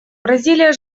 бразилия